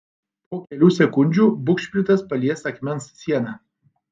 po kelių sekundžių bugšpritas palies akmens sieną